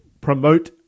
promote